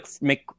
make